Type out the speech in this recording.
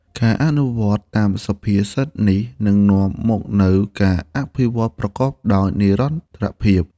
ការអនុវត្តតាមសុភាសិតនេះ នឹងនាំមកនូវការអភិវឌ្ឍប្រកបដោយនិរន្តរភាព។